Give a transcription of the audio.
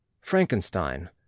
frankenstein